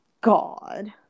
god